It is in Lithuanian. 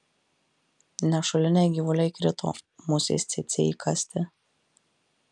nešuliniai gyvuliai krito musės cėcė įkąsti